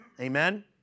amen